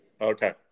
Okay